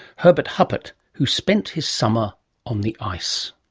herbert huppert, who spent his summer on the ice.